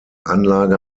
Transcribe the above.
anlage